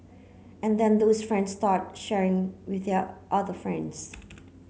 and then those friends start sharing with their other friends